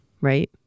right